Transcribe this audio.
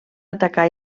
atacar